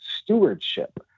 stewardship